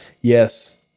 Yes